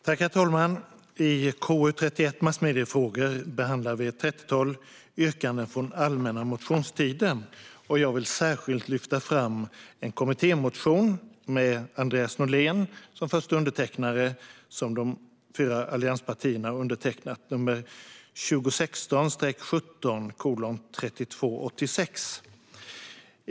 Herr talman! I konstitutionsutskottets betänkande 31 om massmediefrågor behandlas ett trettiotal yrkanden från allmänna motionstiden. Jag vill särskilt lyfta fram en kommittémotion, 2016/17:3286, från de fyra allianspartierna med Andreas Norlén som första namn.